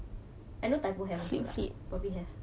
I know typo have a lot of barang probably have